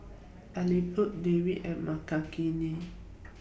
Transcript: Elattuvalapil Devi and Makineni